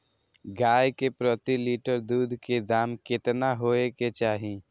गाय के प्रति लीटर दूध के दाम केतना होय के चाही?